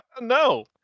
No